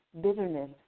bitterness